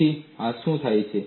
તેથી આ શું થાય છે